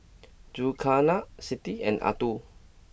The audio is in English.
Zulkarnain Siti and Abdul